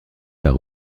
par